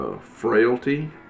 Frailty